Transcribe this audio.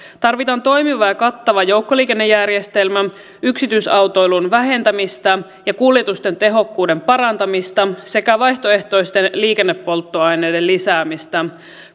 tarvitaan toimiva ja kattava joukkoliikennejärjestelmä yksityisautoilun vähentämistä ja kuljetusten tehokkuuden parantamista sekä vaihtoehtoisten liikennepolttoaineiden lisäämistä